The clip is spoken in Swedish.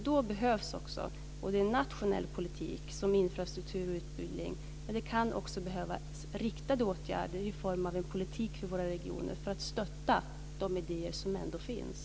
Då behövs nationell politik såsom infrastruktur och utbildning, men det kan också behövas riktade åtgärder i form av en politik för våra regioner för att stötta de idéer som ändå finns.